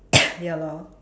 ya lor